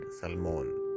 Salmon